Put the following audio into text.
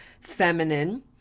feminine